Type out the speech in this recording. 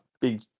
Big